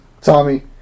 Tommy